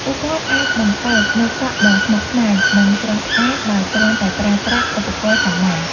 ពួកគាត់អាចបង្កើតម៉ូតសក់ដ៏ស្មុគស្មាញ និងស្រស់ស្អាតដោយគ្រាន់តែប្រើប្រាស់ឧបករណ៍សាមញ្ញ។